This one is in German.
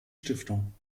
stiftung